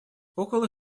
около